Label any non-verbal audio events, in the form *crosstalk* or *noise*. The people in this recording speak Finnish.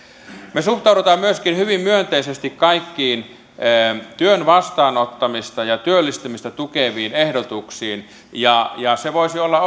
me suhtaudumme myöskin hyvin myönteisesti kaikkiin työn vastaanottamista ja työllistymistä tukeviin ehdotuksiin ja se voisi olla *unintelligible*